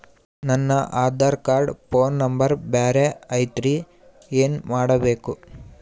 ನನ Aadhaar card phone number ಬ್ಯಾರೆ ಐತ್ರಿ ಏನ ಮಾಡಬೇಕು?